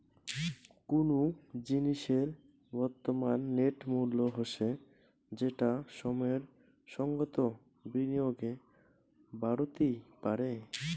কুনো জিনিসের বর্তমান নেট মূল্য হসে যেটা সময়ের সঙ্গত বিনিয়োগে বাড়তি পারে